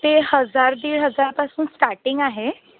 ते हजार दीड हजारपासून स्टार्टिंग आहे